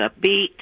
upbeat